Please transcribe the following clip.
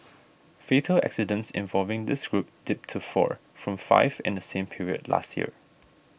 fatal accidents involving this group dipped to four from five in the same period last year